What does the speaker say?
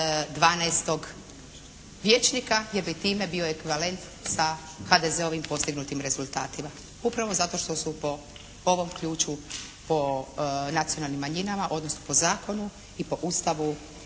vijećnika jer bi time bio ekvivalent sa HDZ-ovim postignutim rezultatima upravo zato što su po ovom ključu, po nacionalnim manjinama, odnosno po zakonu i po Ustavu